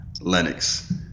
Lennox